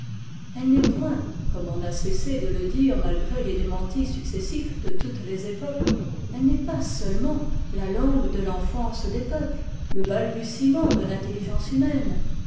elle n'est point comme on n'a cessé de le dire malgré les démentis successifs de toutes les époques elle n'est pas seulement la langue de l'enfance des peuples le balbutiement de l'intelligence humaine